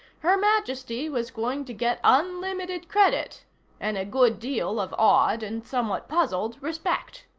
her majesty was going to get unlimited credit and a good deal of awed and somewhat puzzled respect.